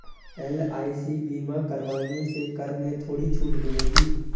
LIC बीमा करवाने से कर में थोड़ी छूट मिलेगी